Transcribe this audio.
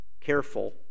careful